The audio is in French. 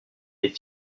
est